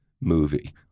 movie